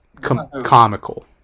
comical